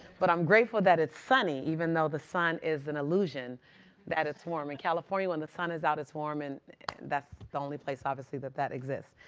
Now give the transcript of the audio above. but i'm grateful that it's sunny even though the sun is an illusion that it's warm. in california when the sun is out, it's warm. and that's the only place, obviously, that that exists.